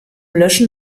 löschen